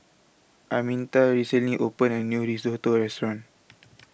Arminta recently opened A New Risotto Restaurant